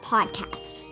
Podcast